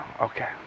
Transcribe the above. Okay